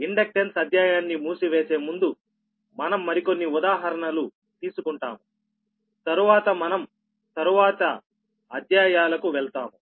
inductance అధ్యాయాన్ని మూసివేసే ముందు మనం మరికొన్ని ఉదాహరణలు తీసుకుంటాము తరువాత మనం తరువాతి అధ్యాయాలకు వెళ్తాము